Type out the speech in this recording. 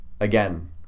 again